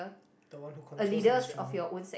don't want to control instrument